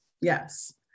yes